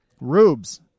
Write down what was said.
Rubes